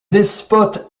despote